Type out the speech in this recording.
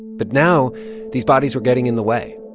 but now these bodies were getting in the way